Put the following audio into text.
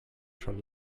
schon